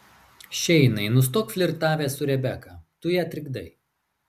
šeinai nustok flirtavęs su rebeka tu ją trikdai